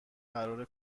قرار